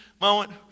moment